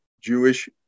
Jewish